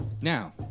Now